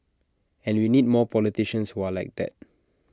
and we need more politicians who are like that